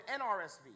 NRSV